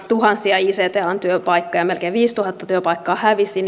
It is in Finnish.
tuhansia ict alan työpaikkoja melkein viisituhatta työpaikkaa hävisi